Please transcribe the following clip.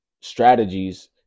strategies